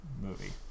movie